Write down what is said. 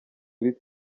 kuri